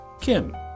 Kim